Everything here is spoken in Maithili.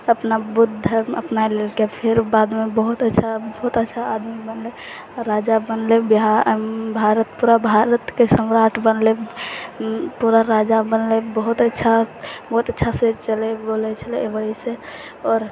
अपना बुद्ध अपना लेलकै फेर बादमे बहुत अच्छा बहुत अच्छा आदमी बनलै राजा बनलै भारत पूरा भारतके सम्राट बनलै पूरा राजा बनलै बहुत अच्छा बहुत अच्छासँ चलै बुलै छलै ओहिसँ आओर